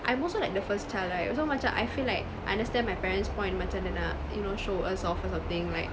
I'm also like the first child right so macam I feel like I understand my parents point macam dia nak you know show us off or something